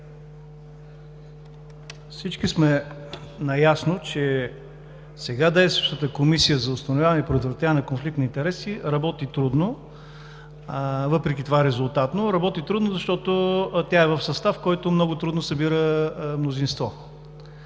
Всички сме наясно, че сега действащата Комисия за установяване и предотвратяване на конфликт на интереси работи трудно, въпреки това – резултатно. Работи трудно, защото е в състав, който много трудно събира мнозинство,